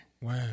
Wow